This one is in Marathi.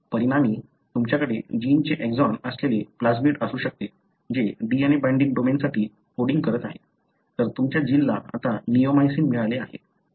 परिणामी तुमच्याकडे जीनचे एक्सॉन असलेले प्लाझमिड असू शकते जे DNA बाइंडिंग डोमेनसाठी कोडिंग करत आहे तर तुमच्या जीनला आता निओमायसिन मिळाले आहे